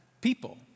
people